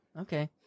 okay